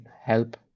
help